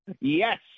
Yes